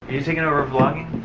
you taking over vlogging?